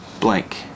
blank